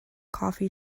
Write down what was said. coffee